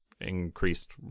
increased